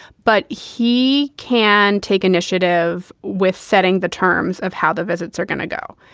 but he can take initiative with setting the terms of how the visits are gonna go.